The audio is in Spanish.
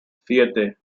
siete